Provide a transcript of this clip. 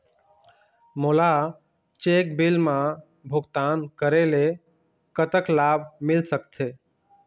मोला cheque bill मा भुगतान करेले कतक लाभ मिल सकथे?